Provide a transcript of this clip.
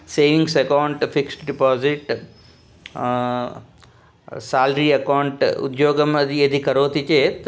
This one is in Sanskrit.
sayings account fixed deposit salary account उद्योगं यदि यदि करोति चेत्